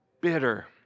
Bitter